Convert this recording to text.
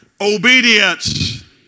obedience